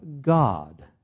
God